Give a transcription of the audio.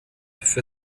für